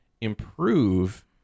improve